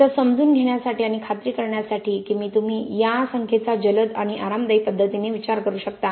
फक्त समजून घेण्यासाठी आणि खात्री करण्यासाठी की तुम्ही या संख्येचा जलद आणि आरामदायी पद्धतीने विचार करू शकता